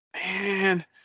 man